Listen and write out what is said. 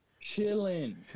Chilling